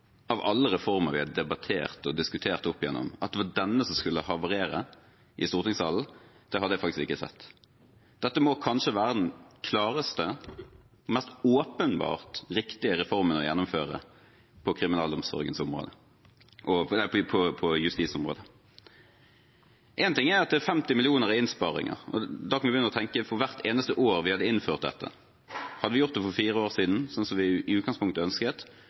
av alle reformer vi har debattert og diskutert opp igjennom, var den som skulle havarere i stortingssalen, hadde jeg faktisk ikke sett. Dette må kanskje være den klareste og mest åpenbart riktige reformen å gjennomføre på justisområdet. En ting er at det er 50 mill. kr i innsparinger – da kan vi begynne å tenke for hvert eneste år vi hadde innført dette. Hadde vi gjort det for fire år siden, som vi i utgangspunktet ønsket,